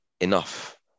enough